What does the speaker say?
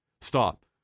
Stop